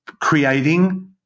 creating